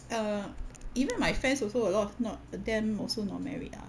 err even my friends also a lot not them also not married ah